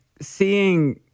seeing